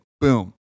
Boom